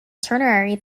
ternary